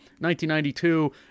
1992